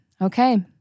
Okay